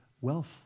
Wealth